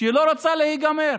שלא רוצה להיגמר,